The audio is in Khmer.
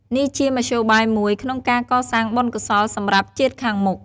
នេះជាមធ្យោបាយមួយក្នុងការសាងបុណ្យកុសលសម្រាប់ជាតិខាងមុខ។